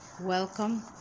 welcome